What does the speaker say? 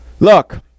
Look